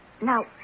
Now